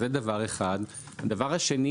הדבר השני,